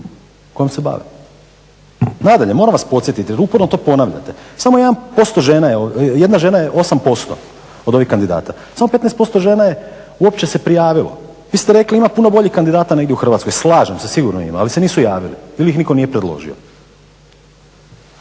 kojom se bave. Nadalje, moram vas podsjetiti jer uporno to ponavljate, samo jedna žena je 8% od ovih kandidata, samo 15% žena uopće se prijavilo. Vi ste rekli ima puno boljih kandidata negdje u Hrvatskoj, slažem se sigurno ima ali se nisu javili ili ih nitko nije predložio.